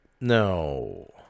No